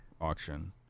auction